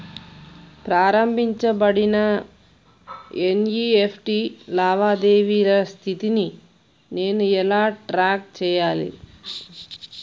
ప్రారంభించబడిన ఎన్.ఇ.ఎఫ్.టి లావాదేవీల స్థితిని నేను ఎలా ట్రాక్ చేయాలి?